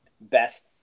best